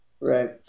Right